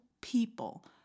people